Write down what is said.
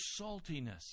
saltiness